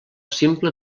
simple